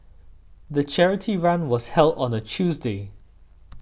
the charity run was held on a Tuesday